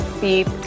beep